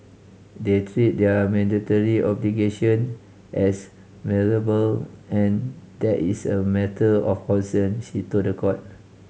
they treat their mandatory obligation as malleable and that is a matter of concern she told the court